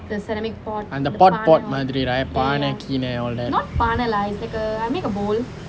அந்த:antha pot pot மாதிரி:maathiri right பானை கிணை:paanai kinai all that